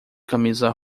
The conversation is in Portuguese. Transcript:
camisa